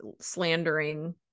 slandering